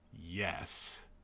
Yes